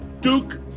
Duke